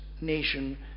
nation